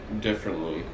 differently